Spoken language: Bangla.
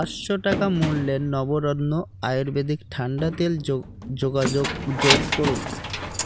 আটশো টাকা মূল্যের নবরত্ন আয়ুর্বেদিক ঠান্ডা তেল যোগ যোগাযোগ যোগ করুন